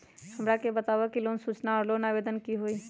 हमरा के बताव कि लोन सूचना और लोन आवेदन की होई?